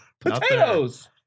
potatoes